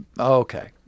Okay